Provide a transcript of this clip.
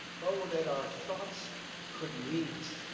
oh, that our thoughts could meet